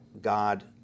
God